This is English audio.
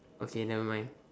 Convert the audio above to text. okay nevermind